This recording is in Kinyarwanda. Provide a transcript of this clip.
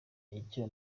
icyo